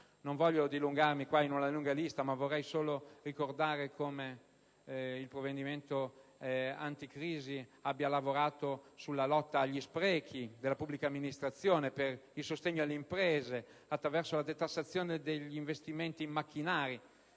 Non voglio dilungarmi qua in una lunga lista, ma vorrei solo ricordare come il provvedimento anticrisi abbia lavorato sulla lotta agli sprechi nella pubblica amministrazione, per il sostegno alle imprese attraverso la detassazione degli investimenti in macchinari,